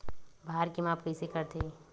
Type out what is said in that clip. भार के माप कइसे करथे?